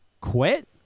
quit